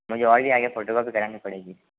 मुझे और भी आगे फोटोकॉपी करानी पड़ेगी